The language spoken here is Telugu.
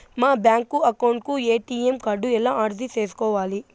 మా బ్యాంకు అకౌంట్ కు ఎ.టి.ఎం కార్డు ఎలా అర్జీ సేసుకోవాలి?